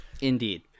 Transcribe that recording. indeed